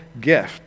gift